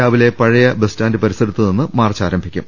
രാവിലെ പഴയ സ്റ്റാൻഡ് പരിസരത്ത് നിന്നും മാർച്ച് ആരംഭിക്കും